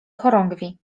chorągwi